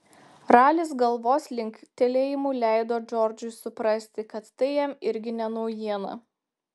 ralis galvos linktelėjimu leido džordžui suprasti kad tai jam irgi ne naujiena